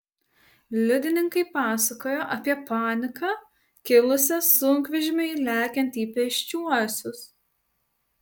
liudininkai pasakojo apie paniką kilusią sunkvežimiui lekiant į pėsčiuosius